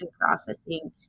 processing